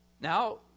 Now